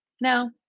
No